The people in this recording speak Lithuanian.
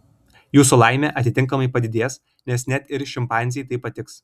jūsų laimė atitinkamai padidės nes net ir šimpanzei tai patiks